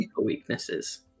weaknesses